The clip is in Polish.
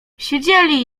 siedzieli